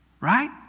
right